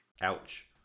Ouch